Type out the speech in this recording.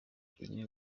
iyi